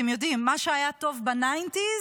אתם יודעים, מה שהיה טוב בניינטיז